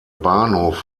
bahnhof